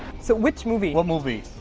so which movie? what movie?